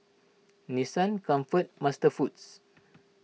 Nissan Comfort MasterFoods